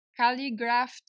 calligraphed